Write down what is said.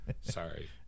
Sorry